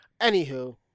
anywho